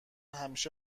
همیشه